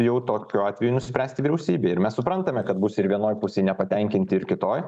jau tokiu atveju nuspręsti vyriausybei ir mes suprantame kad bus ir vienoj pusėj nepatenkinti ir kitoj